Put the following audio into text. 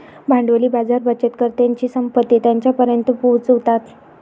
भांडवली बाजार बचतकर्त्यांची संपत्ती त्यांच्यापर्यंत पोहोचवतात